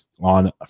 on